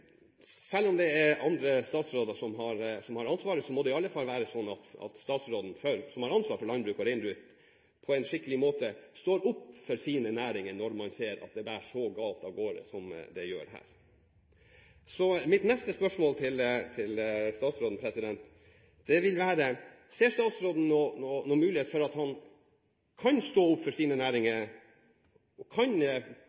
er andre statsråder som har ansvaret, må det i alle fall være sånn at statsråden som har ansvaret for landbruk og reindrift, på en skikkelig måte står opp for sine næringer når man ser at det bærer så galt av gårde som det gjør her. Mitt neste spørsmål til statsråden er: Ser statsråden noen mulighet for at han kan stå opp for sine